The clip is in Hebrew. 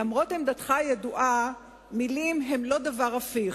למרות עמדתך הידועה, מלים הן לא דבר הפיך,